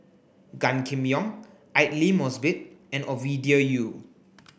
Gan Kim Yong Aidli Mosbit and Ovidia Yu